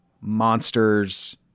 monsters